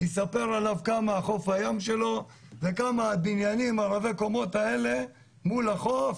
יספר כמה חוף הים שלו וכמה הבניינים רבי-הקומות מול החוף